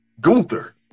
Gunther